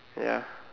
ya